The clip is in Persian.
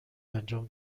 انجام